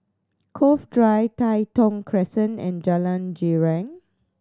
Cove Drive Tai Thong Crescent and Jalan Girang